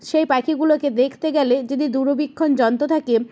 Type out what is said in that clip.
সেই পাখিগুলোকে দেখতে গেলে যদি দূরবীক্ষণ যন্ত্র থাকে